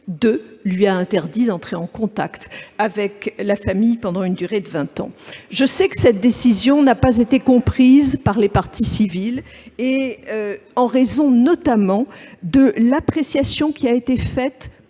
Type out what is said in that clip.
lui a interdit d'entrer en contact avec la famille pendant une durée de vingt ans. Je sais que cette décision n'a pas été comprise par les parties civiles, en raison notamment de l'appréciation qui a été faite